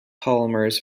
polymers